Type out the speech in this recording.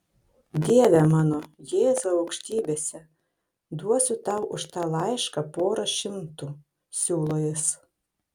dieve mano jėzau aukštybėse duosiu tau už tą laišką porą šimtų siūlo jis